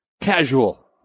casual